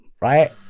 right